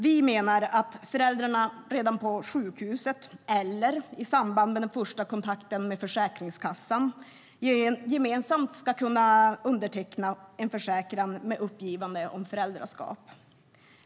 Vi menar att föräldrarna redan på sjukhuset eller i samband med de första kontakterna med Försäkringskassan gemensamt ska kunna underteckna en försäkran med uppgivande om faderskap.